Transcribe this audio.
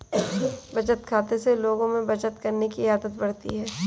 बचत खाते से लोगों में बचत करने की आदत बढ़ती है